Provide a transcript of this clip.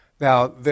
Now